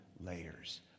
layers